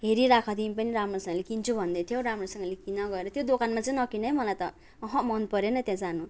हेरिराख तिमी पनि राम्रोसँगले किन्छु भन्दैथ्यो राम्रोसँगले किन गएर त्यो दोकानमा चाहिँ नकिन है मलाई त अहँ मनपरेन त्यहाँ जानु